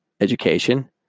education